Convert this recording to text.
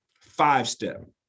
Five-step